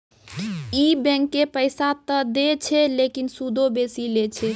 इ बैंकें पैसा त दै छै लेकिन सूदो बेसी लै छै